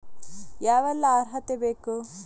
ಯಾವೆಲ್ಲ ಅರ್ಹತೆ ಬೇಕು?